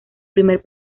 primer